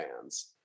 fans